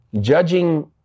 judging